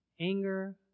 Anger